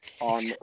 on